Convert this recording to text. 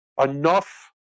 enough